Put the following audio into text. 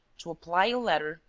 to apply a ladder,